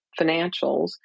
financials